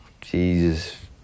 Jesus